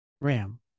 Ram